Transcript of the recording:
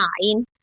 nine